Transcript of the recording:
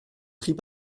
pris